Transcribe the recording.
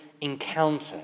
encounter